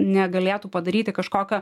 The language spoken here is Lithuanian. negalėtų padaryti kažkokio